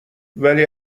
ولی